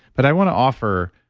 but i want to offer.